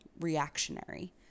reactionary